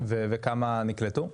וכמה נקלטו?